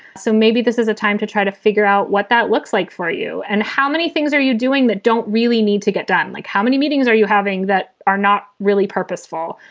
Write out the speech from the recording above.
so maybe this is a time to try to figure out what that looks like for you. and how many things are you doing that don't really need to get done? like, how many meetings are you having that are not really purposeful?